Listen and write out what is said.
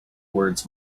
words